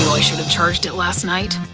knew i should've charged it lasts night.